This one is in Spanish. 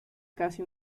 casi